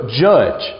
judge